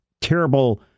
terrible